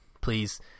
please